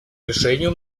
решению